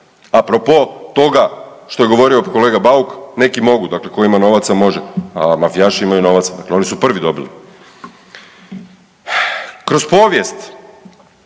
Apropo toga što je govorio kolega Bauk, neki mogu dakle tko ima novaca može, a mafijaši imaju novaca, dakle oni su prvi dobili. Kroz povijest